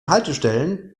haltestellen